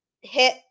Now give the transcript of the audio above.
hit